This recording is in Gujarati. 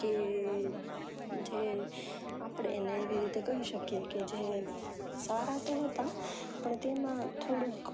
કે જે આપણે એને એવી રીતે કહી શકીએ કે જે સારા તો હતા પણ તેમાં થોડુંક